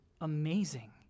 amazing